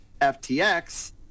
FTX